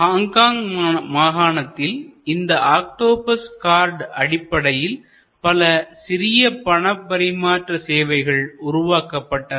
Hong Kong மாகாணத்தில் இந்த Octopus card அடிப்படையில் பல சிறிய பணப்பரிமாற்ற சேவைகள் உருவாக்கப்பட்டன